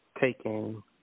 taking